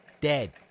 Dead